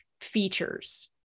features